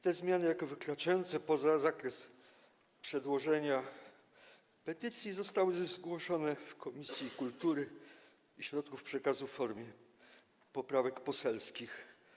Te zmiany jako wykraczające poza zakres przedłożenia petycji zostały zgłoszone w Komisji Kultury i Środków Przekazu w formie poprawek poselskich.